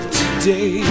today